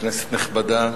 כנסת נכבדה,